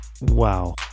wow